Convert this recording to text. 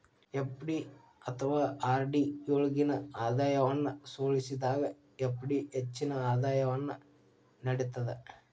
FD ಅಥವಾ RD ಯೊಳ್ಗಿನ ಆದಾಯವನ್ನ ಹೋಲಿಸಿದಾಗ ಎಫ್.ಡಿ ಹೆಚ್ಚಿನ ಆದಾಯವನ್ನು ನೇಡ್ತದ